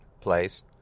place